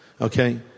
okay